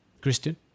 Christian